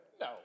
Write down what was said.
No